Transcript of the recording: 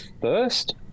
first